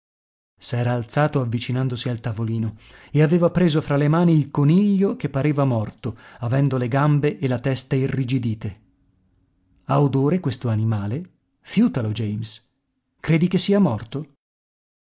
toby s'era alzato avvicinandosi al tavolino e aveva preso fra le mani il coniglio che pareva morto avendo le gambe e la testa irrigidite ha odore questo animale fiutalo james credi che sia morto